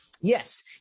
Yes